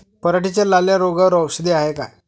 पराटीच्या लाल्या रोगावर औषध हाये का?